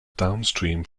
downstream